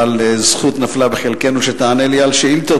אבל זכות נפלה בחלקנו שתענה לי על שאילתות,